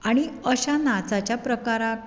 आनी अशा नाचाच्या प्रकाराक